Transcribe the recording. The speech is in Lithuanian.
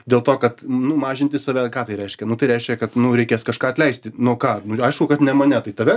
dėl to kad nu mažinti save ką tai reiškia nu tai reiškia kad mum reikės kažką atleisti nu ką nu aišku kad ne mane tai tave